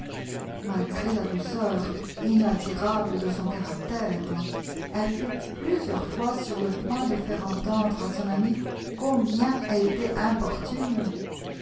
malgré là douceur inaltérable de son caractère elle fut plusieurs fois sur le point de faire entendre à son amie combien elle était importune